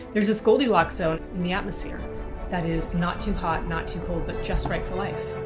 there's this goldilocks zone in the atmosphere that is not too hot, not too cold, but just right for life.